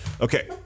Okay